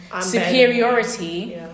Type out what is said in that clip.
superiority